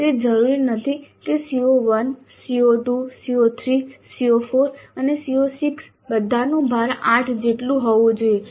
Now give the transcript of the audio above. તે જરૂરી નથી કે CO1 CO2 CO3 CO4 અને CO6 બધાનું ભાર 8 જેટલું જ હોવું જોઈએ